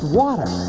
water